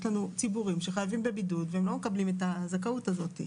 יש לנו ציבור אנשים שחייבים בבידוד והם לא מקבלים את הזכאות הזאתי.